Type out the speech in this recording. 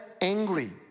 angry